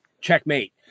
checkmate